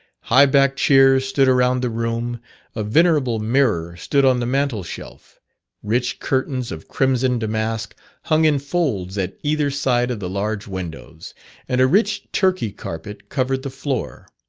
high backed chairs stood around the room a venerable mirror stood on the mantle-shelf rich curtains of crimson damask hung in folds at either side of the large windows and a rich turkey carpet covered the floor.